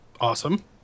Awesome